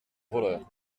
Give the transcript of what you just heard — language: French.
voleur